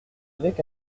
avec